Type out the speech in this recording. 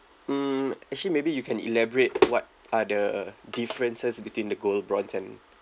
hmm actually maybe you can elaborate what are the differences between the gold bronze and